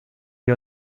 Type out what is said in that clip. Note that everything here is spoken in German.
wir